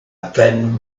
thin